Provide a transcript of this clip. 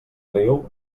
riu